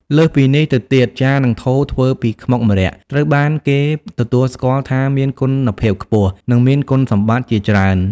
លើសពីនេះ ទៅទៀត ចាន និងថូធ្វើពីខ្មុកម្រ័ក្សណ៍ ត្រូវបានគេទទួលស្គាល់ថាមានគុណភាពខ្ពស់ និងមានគុណសម្បត្តិជាច្រើន។